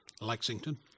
Lexington